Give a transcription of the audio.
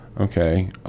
okay